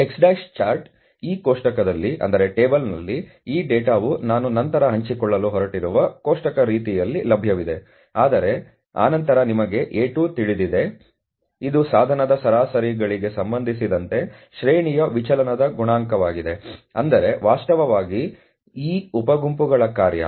x' chart X' Chart ಈ ಕೋಷ್ಟಕದಲ್ಲಿ ಈ ಡೇಟಾವು ನಾನು ನಂತರ ಹಂಚಿಕೊಳ್ಳಲು ಹೊರಟಿರುವ ಕೋಷ್ಟಕ ರೀತಿಯಲ್ಲಿ ಲಭ್ಯವಿದೆ ಆದರೆ ನಂತರ ನಿಮಗೆ A2 ತಿಳಿದಿದೆ ಇದು ಸಾಧನದ ಸರಾಸರಿಗಳಿಗೆ ಸಂಬಂಧಿಸಿದಂತೆ ಶ್ರೇಣಿಯ ವಿಚಲನದ ಗುಣಾಂಕವಾಗಿದೆ ಅಂದರೆ ವಾಸ್ತವವಾಗಿ ಈ ಉಪ ಗುಂಪುಗಳ ಕಾರ್ಯ